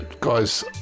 guys